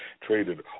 traded